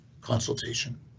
consultation